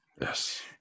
Yes